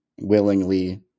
willingly